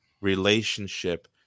relationship